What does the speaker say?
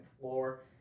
floor